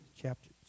chapter